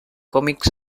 comics